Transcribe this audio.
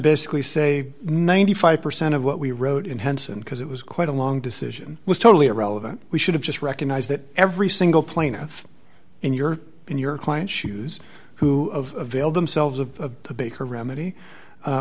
basically say ninety five percent of what we wrote in henson because it was quite a long decision was totally irrelevant we should have just recognize that every single plaintiff in your in your client's shoes who of veiled themselves of the baker remedy